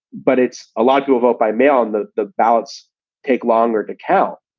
but it's a lot to a vote by mail and the the ballots take longer to count.